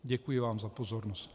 Děkuji vám za pozornost.